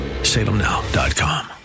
Salemnow.com